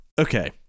okay